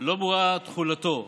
לא ברורה תחולתו.